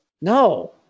No